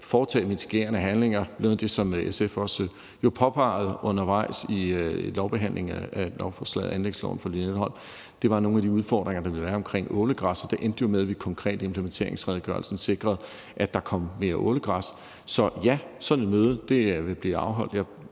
foretage mitigerende handlinger. Noget af det, som SF jo også påpegede undervejs i lovbehandlingen af anlægsloven for Lynetteholm, var nogle af de udfordringer, der ville være omkring ålegræs. Og det endte jo med, at vi konkret i implementeringsredegørelsen sikrede, at der kom mere ålegræs. Så ja, sådan et møde vil blive afholdt.